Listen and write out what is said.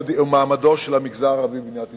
ובמעמדו של המגזר הערבי במדינת ישראל.